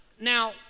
Now